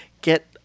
get